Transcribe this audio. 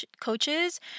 coaches